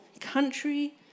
country